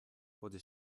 wurde